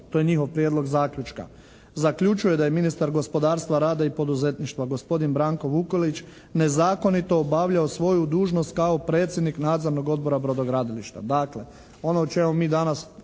to je njihov prijedlog zaključka, zaključuje da je ministar gospodarstva, rada i poduzetništva gospodin Branko Vukelić nezakonito obavljao svoju dužnost kao predsjednik nadzornog odbora brodogradilišta.